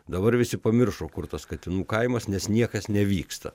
dabar visi pamiršo kur tas katinų kaimas nes niekas nevyksta